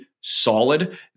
solid